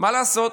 מה לעשות?